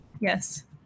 Yes